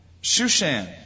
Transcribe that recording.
Shushan